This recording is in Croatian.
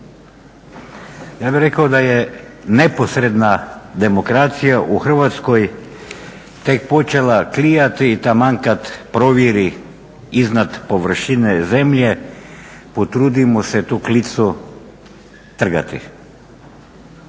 Ja bih rekao da je neposredna demokracija u Hrvatskoj tek počela klijati i taman kada proviri iznad površine zemlje potrudimo se tu klicu trgati.